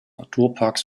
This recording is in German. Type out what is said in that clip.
naturparks